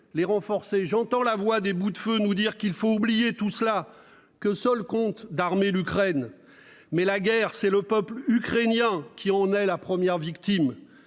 les renforcer. J'entends la voix des boutefeux nous dire qu'il faut oublier tout cela, que seul importe d'armer l'Ukraine. Mais la guerre, c'est le peuple ukrainien qui en est la première victime